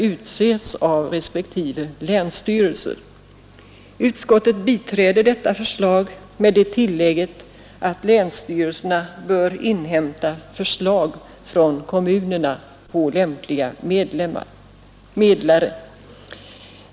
Utskottet biträder detta förslag med det tillägget att länsstyrelserna bör inhämta förslag från kommunerna på lämpliga medlare.